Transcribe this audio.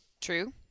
True